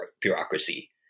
bureaucracy